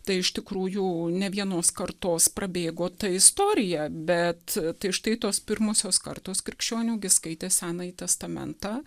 tai iš tikrųjų ne vienos kartos prabėgo ta istorija bet tai štai tos pirmosios kartos krikščionių gi skaitė senąjį testamentą